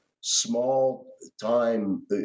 small-time